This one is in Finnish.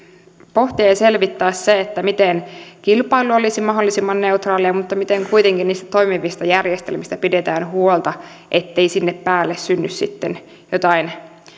pohtia ja selvittää se miten kilpailu olisi mahdollisimman neutraalia mutta miten kuitenkin niistä toimivista järjestelmistä pidetään huolta ettei sinne päälle synny sitten jotain